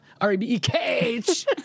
R-E-B-E-K-H